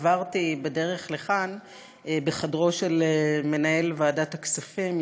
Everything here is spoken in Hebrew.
עברתי בדרך לכאן בחדרו של מנהל ועדת הכספים,